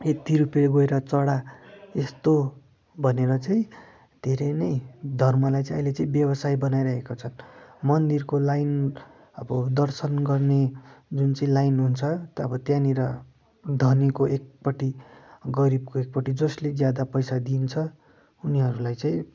यती रुपियाँ गएर चडा यस्तो भनेर चाहिँ धेरै नै धर्मलाई चाहिँ अहिले चाहिँ व्यवसाय बनाइरहेको छन् मन्दिरको लाइन अब दर्शन गर्ने जुन चाहिँ लाइन हुन्छ अब त्यहाँनिर धनीको एकपट्टि गरिबको एकपट्टि जसले ज्यादा पैसा दिन्छ उनीहरूलाई चाहिँ